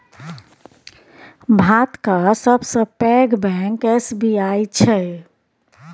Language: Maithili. भातक सबसँ पैघ बैंक एस.बी.आई छै